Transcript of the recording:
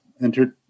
entered